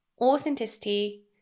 authenticity